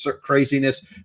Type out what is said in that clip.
craziness